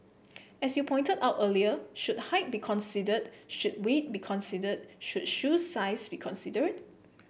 as you pointed out earlier should height be considered should weight be considered should shoe size be considered